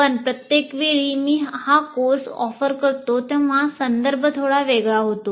पण प्रत्येक वेळी मी हा कोर्स ऑफर करतो तेव्हा संदर्भ थोडा वेगळा होतो